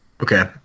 Okay